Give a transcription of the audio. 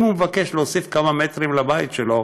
אם הוא מבקש להוסיף כמה מטרים לבית שלו